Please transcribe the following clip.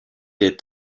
est